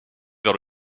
vers